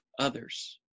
others